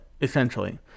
essentially